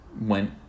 went